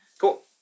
Cool